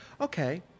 okay